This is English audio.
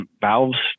valves